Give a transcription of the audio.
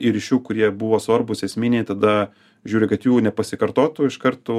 ir iš jų kurie buvo svarbūs esminiai tada žiūri kad jų nepasikartotų iš karto